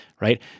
right